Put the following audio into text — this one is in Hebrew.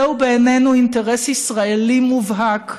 זהו בעינינו אינטרס ישראלי מובהק,